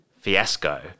fiasco